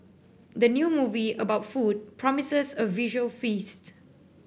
the new movie about food promises a visual feast